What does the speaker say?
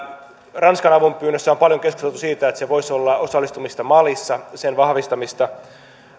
ranskan avunpyynnössä on paljon keskusteltu siitä että se voisi olla osallistumista malissa sen vahvistamista